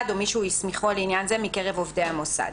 או מי שהוא הסמיכו לעניין זה מקרב עובדי המוסד.